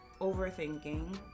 overthinking